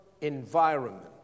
environment